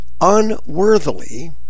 unworthily